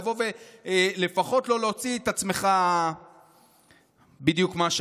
לבוא ולפחות לא להוציא את עצמך בדיוק מה שאתה.